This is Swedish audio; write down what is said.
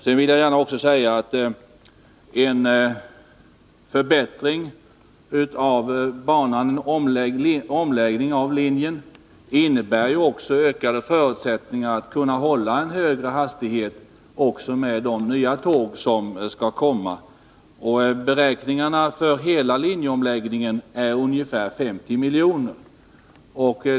Sedan vill jag också gärna säga att en förbättring av banan och en omläggning av linjen också innebär ökade förutsättningar för att kunna hålla högre hastighet med de nya tåg som skall komma. Kostnadsberäkningarna för hela linjeomläggningen uppgår till ungefär 50 milj.kr.